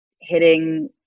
hitting